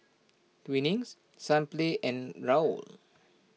Twinings Sunplay and Raoul